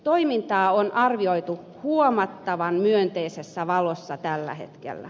toimintaa on arvioitu huomattavan myönteisessä valossa tällä hetkellä